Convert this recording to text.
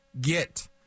get